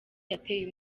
yateye